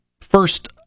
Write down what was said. First